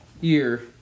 year